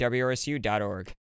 wrsu.org